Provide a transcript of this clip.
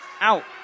Out